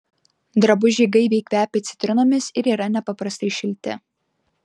drabužiai gaiviai kvepia citrinomis ir yra nepaprastai šilti